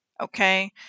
Okay